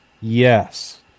Yes